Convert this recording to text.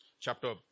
Chapter